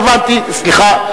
מליאה, מליאה, הבנתי, סליחה.